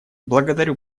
благодарю